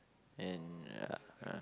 and ya uh